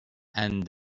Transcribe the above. and